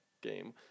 game